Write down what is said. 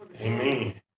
Amen